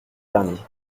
dernier